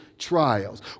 trials